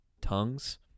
tongues